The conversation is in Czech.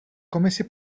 komisi